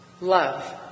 love